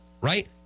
right